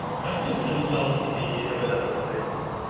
perhaps consider himself to be a benevolent slave owner.